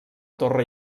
torre